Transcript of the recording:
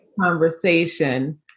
conversation